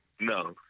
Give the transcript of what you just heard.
No